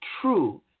true